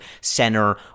center